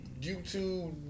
YouTube